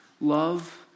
Love